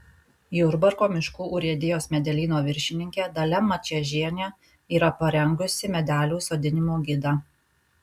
jurbarko miškų urėdijos medelyno viršininkė dalia mačiežienė yra parengusi medelių sodinimo gidą